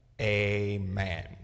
Amen